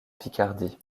picardie